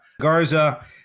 Garza